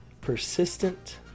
persistent